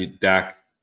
Dak